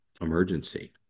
emergency